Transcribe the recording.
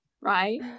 right